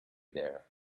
there